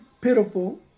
pitiful